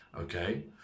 okay